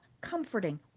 comforting